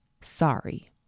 sorry